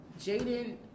Jaden